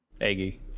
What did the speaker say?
Aggie